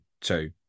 two